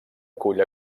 acull